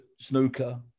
snooker